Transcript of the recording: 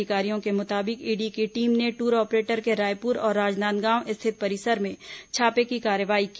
अधिकारियों के मुताबिक ईडी की टीम ने टूर ऑपरेटर के रायपुर और राजनांदगांव स्थित परिसर में छापे की कार्रवाई की